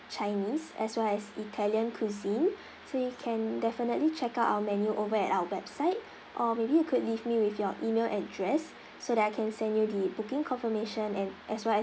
chinese as well as italian cuisine so you can definitely check out our menu over at our website or maybe you could leave me with your email address so that I can send you the booking confirmation and as well as